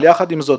אבל יחד עם זאת,